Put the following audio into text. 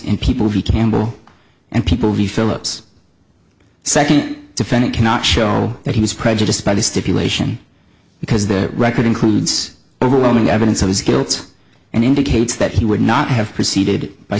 in people v campbell and people v phillips second defendant cannot show that he was prejudiced by the stipulation because the record includes overwhelming evidence of his guilt and indicates that he would not have preceded by